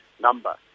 number